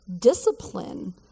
Discipline